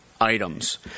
items